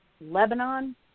Lebanon